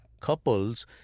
couples